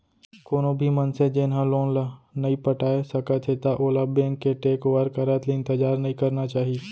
कोनो भी मनसे जेन ह लोन ल नइ पटाए सकत हे त ओला बेंक के टेक ओवर करत ले इंतजार नइ करना चाही